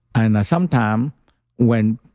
and sometimes um when.